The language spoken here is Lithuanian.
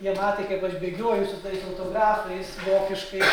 jie matė kaip aš bėgioju su tais autografais vokiškais